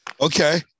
Okay